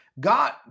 God